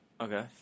Okay